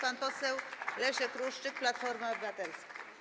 Pan poseł Leszek Ruszczyk, Platforma Obywatelska.